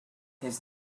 his